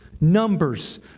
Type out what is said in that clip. Numbers